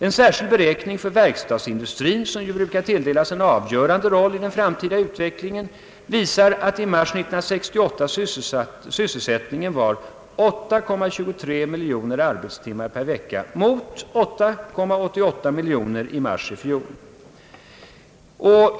En särskild beräkning för verkstadsindustrin, som ju brukar tilldelas en avgörande roll i den framtida utvecklingen, visar att sysselsättningen i mars 1968 var 8,23 miljoner arbetstimmar per vecka mot 8,88 miljoner arbetstimmar i mars i fjol.